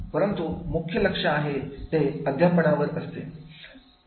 परंतु मुख्य लक्ष आहे अध्यापनावर असते